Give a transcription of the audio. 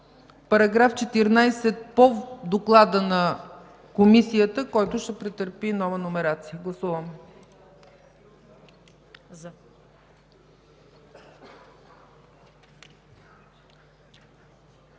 § 14 по доклада на Комисията, който ще претърпи нова номерация. Гласували 91